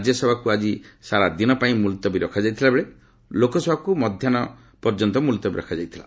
ରାଜ୍ୟସଭାକୁ ଆଜି ସାରା ଦିନ ପାଇଁ ମୁଲ୍ତବୀ ରଖାଯାଇଥିବା ବେଳେ ଲୋକସଭାକୁ ମଧ୍ୟାହୁ ପର୍ଯ୍ୟନ୍ତ ମୁଲତବୀ ରଖାଯାଇଥିଲା